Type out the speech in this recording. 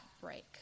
break